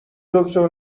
دکتر